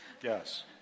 Yes